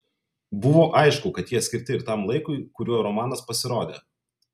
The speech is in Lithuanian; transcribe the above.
buvo aišku kad jie skirti ir tam laikui kuriuo romanas pasirodė